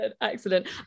excellent